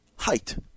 height